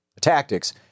tactics